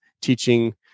teaching